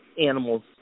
animals